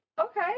Okay